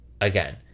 Again